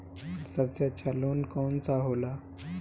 सबसे अच्छा लोन कौन सा होला?